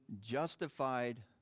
justified